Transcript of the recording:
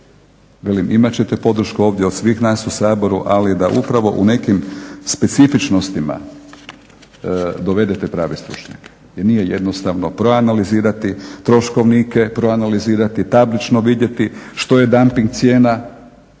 velim imat ćete podršku ovdje od svih nas u Saboru, ali da upravo u nekim specifičnostima dovedete prave stručnjake. Jer nije jednostavno proanalizirati troškovnike, proanalizirati, tablično vidjeti što je damping cijena.